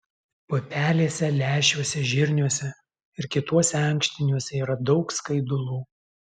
pupelėse lęšiuose žirniuose ir kituose ankštiniuose yra daug skaidulų